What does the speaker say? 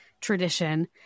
tradition